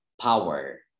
power